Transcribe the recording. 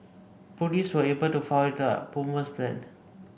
police were able to foil the bomber's plan